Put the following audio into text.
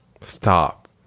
stop